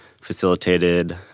facilitated